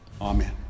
Amen